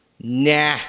nah